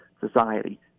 society